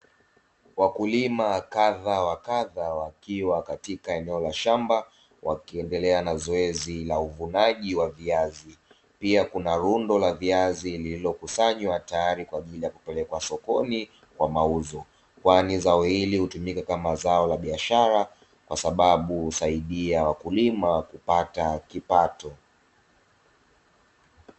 Wakulima kadha wa kadha wakiwa katika eneo la shamba, wakiendelea na zoezi la uvunaji wa viazi pia kuna rundo la viazi lililokusanywa tayari kwa ajili ya kupelekwa sokoni kwa mauzo, kwani zao hili hutumika kama zao la biashara kwa sababu husaidia wakulima kupata kipato.